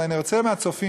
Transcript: אני רוצה מהצופים,